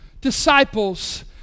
disciples